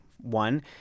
One